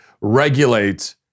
regulate